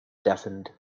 deafened